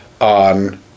on